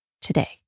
today